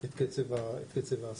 את קצב ההסבה,